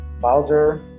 Bowser